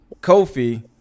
Kofi